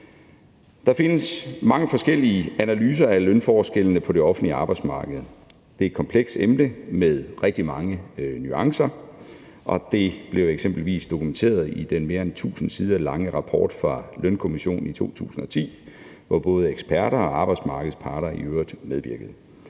Der findes mange forskellige analyser af lønforskellene på det offentlige arbejdsmarked. Det er et kompleks emne med rigtig mange nuancer, og det blev eksempelvis dokumenteret i den mere end 1.000 sider lange rapport fra Lønkommissionen i 2010, hvor både eksperter og arbejdsmarkedets parter i øvrigt medvirkede.